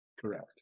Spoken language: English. Correct